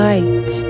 Light